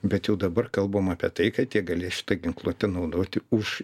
bet jau dabar kalbam apie tai kad jie galės šitą ginkluotę naudoti už